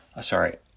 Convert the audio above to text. sorry